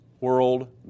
world